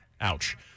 Ouch